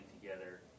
together